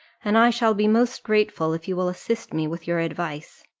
and i shall be most grateful if you will assist me with your advice.